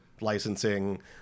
licensing